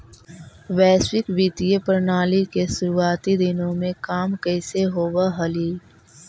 वैश्विक वित्तीय प्रणाली के शुरुआती दिनों में काम कैसे होवअ हलइ